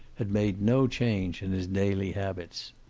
had made no change in his daily habits.